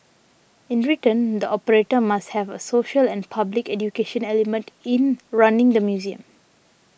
in return the operator must have a social and public education element in running the museum